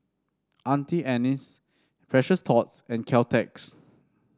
Auntie Anne's Precious Thots and Caltex